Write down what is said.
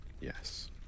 Yes